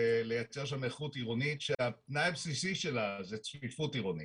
ולייצר שם איכות עירונית שהתנאי הבסיסי שלה זה צפיפות עירונית.